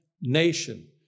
nation